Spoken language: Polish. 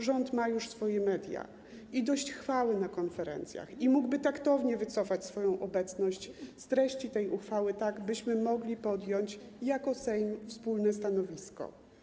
Rząd ma już swoje media i dość chwały na konferencjach i mógłby taktownie wycofać swoją obecność z treści tej uchwały, tak byśmy mogli podjąć jako Sejm wspólne stanowisko.